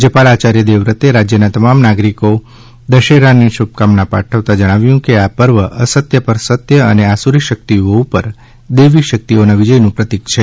રાજ્યપાલ આચાર્ય દેવવ્રતે રાજ્યના તમામ નાગરીકો દશેરાની શુભેચ્છા પાઠવતાં જણાવ્યું કે આ પર્વ અસત્ય પર સત્ય અને આસુરી શક્તિઓ ઉપર દૈવી શક્તિઓના વિજયનું પ્રતીક છે